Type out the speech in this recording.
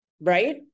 Right